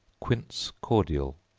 quince cordial.